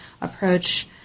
approach